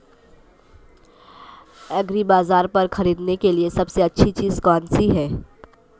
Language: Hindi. एग्रीबाज़ार पर खरीदने के लिए सबसे अच्छी चीज़ कौनसी है?